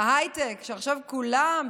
שעכשיו כולם,